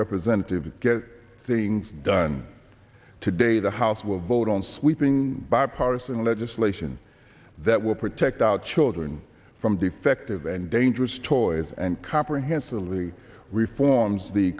representatives get things done today the house will vote on sweeping bipartisan legislation that will protect our children from defective and dangerous toys and comprehensively reforms the